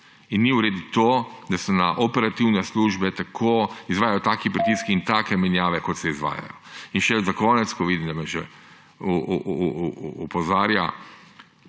In ni v redu to, da se na operativne službe izvajajo taki pritiski in take menjave, kot se izvajajo. In še za konec, ker vidim, da me že opozarja